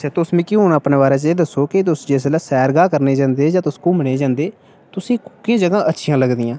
तुस मिगी अपने बारै च मिगी एह् दस्सो कि तुस जिसलै सैर गाह् जंदे जां तुस घुम्मने गी' जंदे 'केह् चीजां अच्छियां लगदियां तु'सेंगी